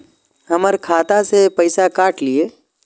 हमर खाता से पैसा काट लिए?